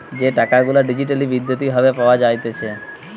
যে টাকা গুলা ডিজিটালি বৈদ্যুতিক ভাবে পাওয়া যাইতেছে